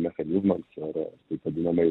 mechanizmas ar taip vadinamai